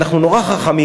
אנחנו נורא חכמים,